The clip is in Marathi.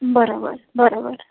बरं बरं बरं बरं